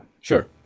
Sure